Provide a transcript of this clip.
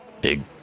Big